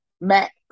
max